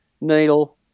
needle